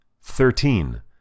Thirteen